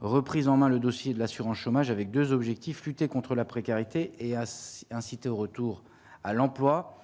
reprise en main le dossier de l'assurance chômage, avec 2 objectifs : lutter contre la précarité et assez inciter au retour à l'emploi.